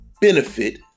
benefit